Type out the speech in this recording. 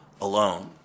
alone